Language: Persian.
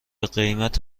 قیمت